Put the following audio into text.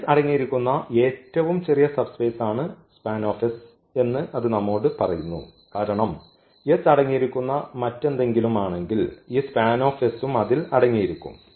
S അടങ്ങിയിരിക്കുന്ന ഏറ്റവും ചെറിയ സബ്സ്പേസ് ആണ് എന്ന് അത് നമ്മോട് പറയുന്നു കാരണം S അടങ്ങിയിരിക്കുന്ന മറ്റെന്തെങ്കിലും ആണെങ്കിൽ ഈ SPANS ഉം അതിൽ അടങ്ങിയിരിക്കും